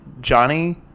Johnny